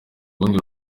rundi